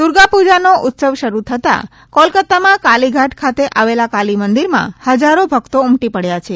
દુર્ગાપૂજાનો ઉત્સવ શરૂ થતા કોલકતામાં કાલીઘાટ ખાતે આવેલા કાલીમંદિરમાં હજારો ભક્તો ઊમટી પડ્યા છે